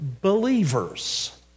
believers